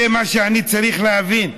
זה מה שאני צריך להבין?